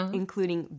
including